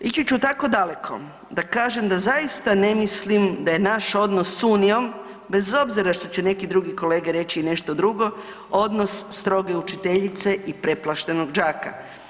Ići ću tako daleko da kažem da zaista ne mislim da je naš odnos s unijom bez obzira što će neki drugi kolege reći i nešto drugo, odnos stroge učiteljice i preplašenog đaka.